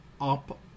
up